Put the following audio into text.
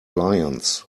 lions